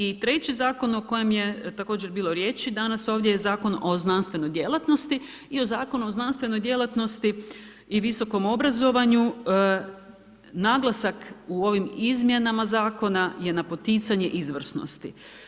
I treći zakon o kojem je također bilo riječi danas ovdje je Zakon o znanstvenoj djelatnosti i o Zakonu o znanstvenoj djelatnosti i visokom obrazovanju naglasak u ovim izmjenama Zakona je na poticanje izvrsnosti.